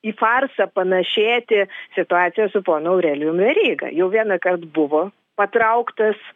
į farsą panašėti situacija su ponu aurelijum veryga jau vienąkart buvo patrauktas